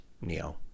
Neo